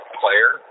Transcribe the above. player